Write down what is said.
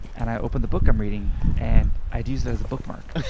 and i open the book i'm reading and i had used it as a bookmark.